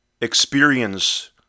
experience